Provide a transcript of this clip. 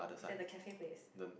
is at the cafe place